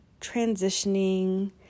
transitioning